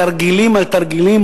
בתרגילים על תרגילים,